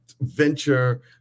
venture